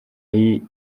y’i